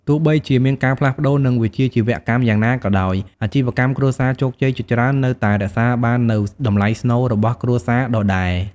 ទោះបីជាមានការផ្លាស់ប្តូរ និងវិជ្ជាជីវៈកម្មយ៉ាងណាក៏ដោយ អាជីវកម្មគ្រួសារជោគជ័យជាច្រើននៅតែរក្សាបាននូវតម្លៃស្នូលរបស់គ្រួសារដដែរ។